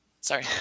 Sorry